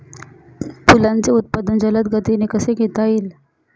फुलांचे उत्पादन जलद गतीने कसे घेता येईल?